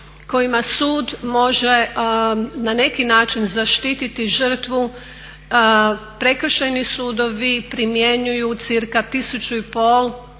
kojima sud može na neki način zaštititi žrtvu Prekršajni sudovi primjenjuju cirka 1500,